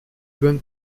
bonnes